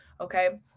okay